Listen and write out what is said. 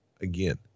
again